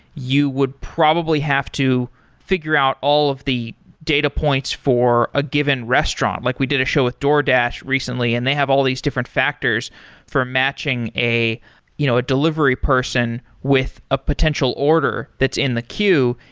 you would probably have to figure out all of the data points for a given restaurant like we did a show with doordash recently and they have all these different factors for matching a you know a delivery person with a potential order that's in the queue,